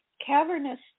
cavernous